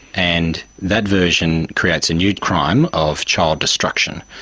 and that version creates a new crime of child destruction,